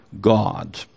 God